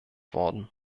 worden